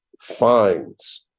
fines